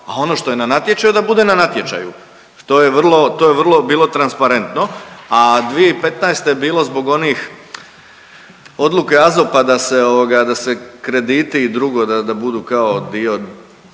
a ono što je na natječaju, da bude na natječaju, to je vrlo, to je vrlo bilo transparentno, a 2015. je bilo zbog onih odluka AZOP-a da se krediti i drugo, da budu kao dio